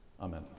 Amen